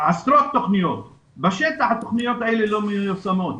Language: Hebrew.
עשרות תוכניות אבל בשטח התוכניות האלה לא מיושמות.